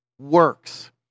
works